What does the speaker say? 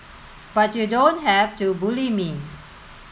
but you don't have to bully me